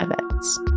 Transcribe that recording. events